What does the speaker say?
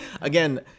Again